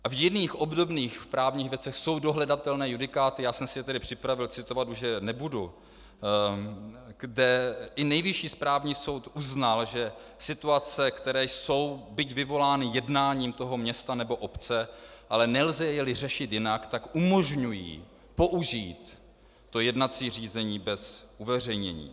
V jiných obdobných právních věcech jsou dohledatelné judikáty, já jsem si je připravil, citovat už je nebudu, kde i Nejvyšší správní soud uznal, že situace, které jsou, byť vyvolány jednáním toho města nebo obce, ale nelze je vyřešit jinak, tak umožňují použít jednací řízení bez uveřejnění.